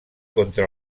contra